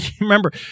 remember